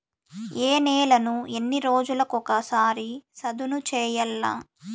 ఏ నేలను ఎన్ని రోజులకొక సారి సదును చేయల్ల?